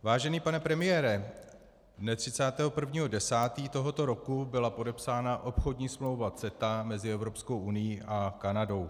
Vážený pane premiére, dne 31. 10. tohoto roku byla podepsána obchodní smlouva CETA mezi Evropskou unií a Kanadou.